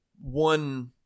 one